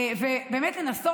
ובאמת לנסות,